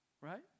right